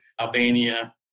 Albania